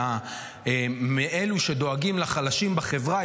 מאלה שדואגים לחלשים בחברה,